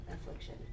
Affliction